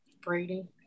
Brady